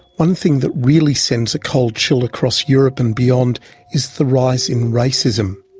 one thing that really sends a cold chill across europe and beyond is the rise in racism.